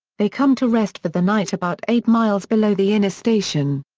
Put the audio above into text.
they come to rest for the night about eight miles below the inner station.